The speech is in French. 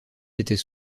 étaient